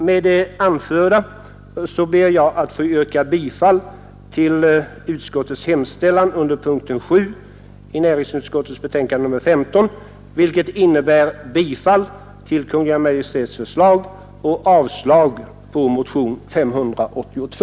Med det anförda ber jag att få yrka bifall till utskottets hemställan under punkten 7 i näringsutskottets betänkande nr 15, vilket innebär bifall till Kungl. Maj:ts förslag och avslag på motionen 582.